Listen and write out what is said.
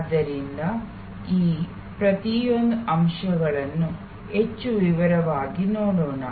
ಆದ್ದರಿಂದ ಈಗ ಈ ಪ್ರತಿಯೊಂದು ಅಂಶಗಳನ್ನು ಹೆಚ್ಚು ವಿವರವಾಗಿ ನೋಡೋಣ